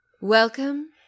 Welcome